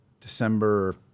December